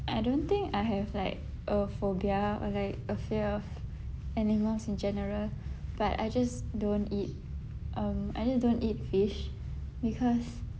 I don't think I have like a phobia or like a fear of animals in general but I just don't eat um I just don't eat fish because